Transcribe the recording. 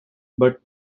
but